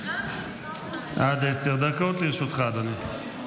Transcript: --- עד עשר דקות לרשותך, אדוני.